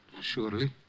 Surely